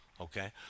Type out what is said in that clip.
Okay